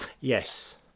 Yes